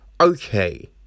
okay